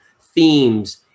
themes